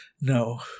No